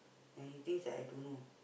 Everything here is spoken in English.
and he thinks that I don't know